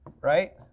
right